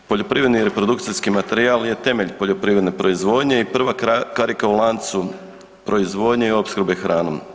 Poljoprivredni reprodukcijski materijal je temelj poljoprivredne proizvodnje i prva karika u lancu proizvodnje i opskrbe hranom.